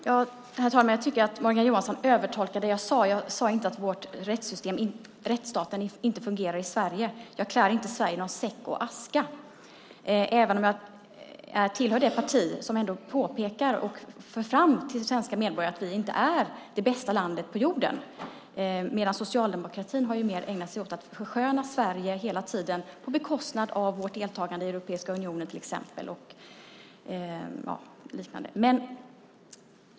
Herr talman! Jag tycker att Morgan Johansson övertolkar det jag sade. Jag sade inte att rättsstaten Sverige inte fungerar. Jag klär inte Sverige i säck och aska, även om jag tillhör det parti som ändå påpekar och för fram till svenska medborgare att vi inte är det bästa landet på jorden. Socialdemokratin har hela tiden mer ägnat sig åt att försköna Sverige, på bekostnad av till exempel vårt deltagande i Europeiska unionen och liknande.